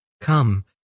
Come